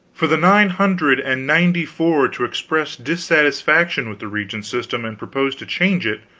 for the nine hundred and ninety-four to express dissatisfaction with the regnant system and propose to change it,